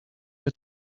had